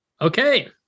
Okay